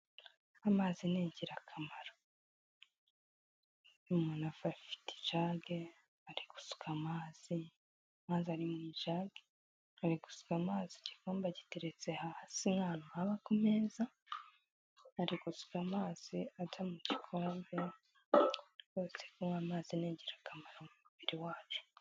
Amazi ni ingirakamaro, uyu muntu afite ijage, ari gusuka amazi, amazi ari mu ijage, ari gusuka amazi igikombe agiteretse hasi nk'ahantu ho kumeza, ari gusuka amazi ajya mu gikombe, rwose kunywa amazi ni ingirakamaro mu mubiri wacu.